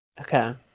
Okay